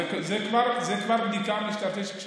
זו כבר בדיקה משטרתית.